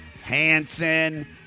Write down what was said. Hanson